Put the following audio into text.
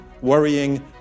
Worrying